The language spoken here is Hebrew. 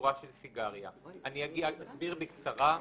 בצורה של סיגריה." אני אסביר בקצרה.